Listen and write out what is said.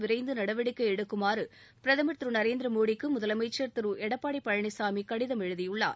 விரைந்து நடவடிக்கை எடுக்குமாறு பிரதமர் திரு நரேந்திரமோடிக்கு முதலமைச்சர் திரு எடப்பாடி பழனிசாமி கடிதம் எழுதியுள்ளார்